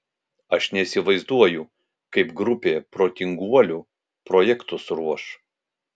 aš neįsivaizduoju kaip grupė protinguolių projektus ruoš